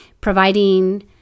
providing